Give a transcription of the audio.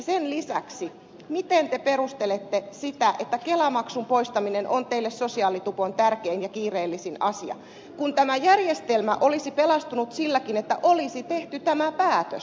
sen lisäksi miten te perustelette sitä että kelamaksun poistaminen on teille sosiaalitupon tärkein ja kiireellisin asia kun tämä järjestelmä olisi pelastunut silläkin että olisi tehty tämä päätös